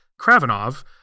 Kravinov